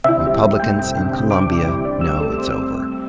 republicans in columbia know it's over.